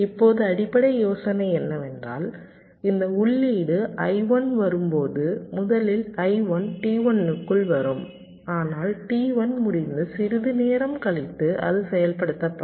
இப்போது அடிப்படை யோசனை என்னவென்றால் இந்த உள்ளீடு I1 வரும்போது முதலில் I1 T1 க்குள் வரும் ஆனால் T1 முடிந்து சிறிது நேரம் கழித்து அது செயல்படுத்தப்படும்